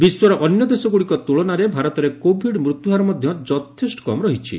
ବିଶ୍ୱର ଅନ୍ୟ ଦେଶଗୁଡ଼ିକ ତୁଳନାରେ ଭାରତରେ କୋବିଡ୍ ମୃତ୍ୟୁହାର ମଧ୍ୟ ଯଥେଷ୍ଟ କମ୍ ରହିଛି